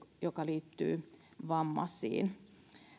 joka liittyy vammaisiin